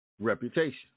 reputation